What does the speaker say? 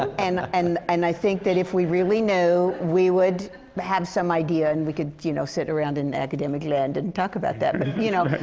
and and and i think that if we really knew, we would have some idea, and we could you know, sit around in academic land and talk about that. but you know,